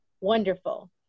wonderful